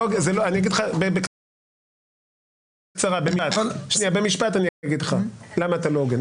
אני אגיד לך בקצרה, במשפט, למה אתה לא הוגן.